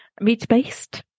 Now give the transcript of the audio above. meat-based